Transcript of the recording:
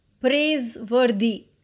praiseworthy